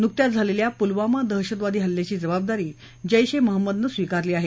नुकत्याच झालेल्या पुलवामा दहशतवादी हल्ल्याची जबाबदारी जैश ए महम्मदनं स्वीकारली आहे